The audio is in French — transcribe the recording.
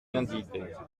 gindinet